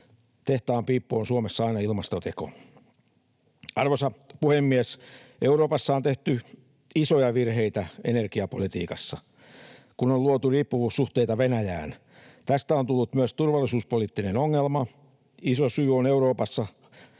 tehtaanpiippu on Suomessa aina ilmastoteko. Arvoisa puhemies! Euroopassa on tehty isoja virheitä energiapolitiikassa, kun on luotu riippuvuussuhteita Venäjään. Tästä on tullut myös turvallisuuspoliittinen ongelma. Iso syy on Euroopassa